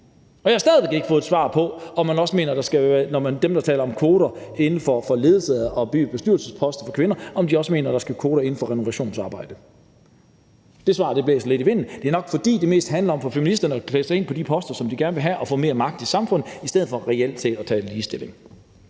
Og jeg har stadig væk ikke fået et svar på, om dem, der taler om kvoter for kvinder inden for ledelse og bestyrelsesposter, også mener, at der skal være kvoter inden for renovationsarbejde. Det svar blæser lidt i vinden. Det er nok, fordi det mest handler om for feministerne at klemme sig ind på de poster, som de gerne vil have, og få mere magt i samfundet i stedet for reelt set at tale ligestilling.